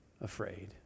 afraid